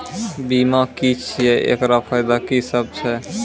बीमा की छियै? एकरऽ फायदा की सब छै?